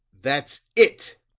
that's it,